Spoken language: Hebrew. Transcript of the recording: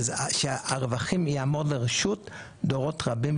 שהרווחים יעמדו לרשות דורות רבים,